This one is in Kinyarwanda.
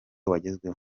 wagezweho